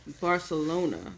Barcelona